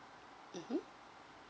mmhmm